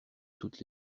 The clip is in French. toutes